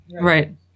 Right